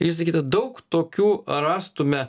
ir visa kita daug tokių rastume